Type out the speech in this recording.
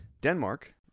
Denmark